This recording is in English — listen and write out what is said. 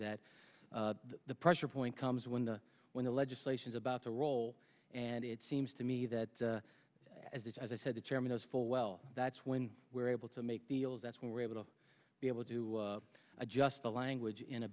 that the pressure point comes when the when the legislation is about to roll and it seems to me that as if as i said the chairman has full well that's when we're able to make deals that's when we're able to be able to adjust the language in a